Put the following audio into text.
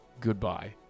goodbye